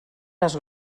las